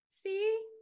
See